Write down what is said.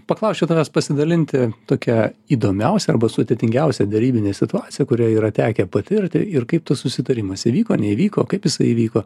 paklausčiau tavęs pasidalinti tokia įdomiausia arba sudėtingiausia derybine situacija kurioj yra tekę patirti ir kaip tu susitarimas įvyko neįvyko kaip jisai įvyko